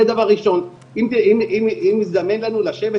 אם יזדמן לנו לשבת